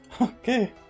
Okay